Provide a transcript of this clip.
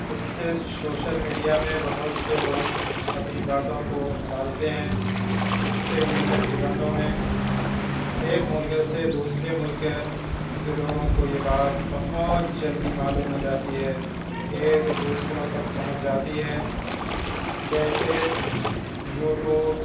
اِس سے social media میں بہت سے لوگ اپنی باتوں کو ڈالتے ہیں اُس سے منٹوں سکنڈوں میں ایک مُلک سے دوسرے مُلک کے لوگوں کو یہ بات بہت جلدی معلوم ہو جاتی ہے ایک دوسروں تک پہنچ جاتی ہے جیسے یوٹیوب